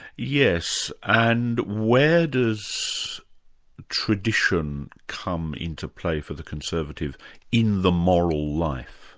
yes, and where does tradition come into play for the conservative in the moral life?